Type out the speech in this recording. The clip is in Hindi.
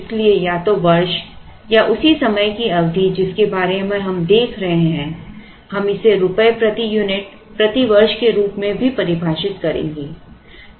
इसलिए या तो वर्ष या उसी समय की अवधि जिसके बारे में हम देख रहे हैं हम इसे रुपये प्रति यूनिट प्रति वर्ष के रूप में भी परिभाषित करेंगे